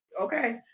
okay